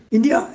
India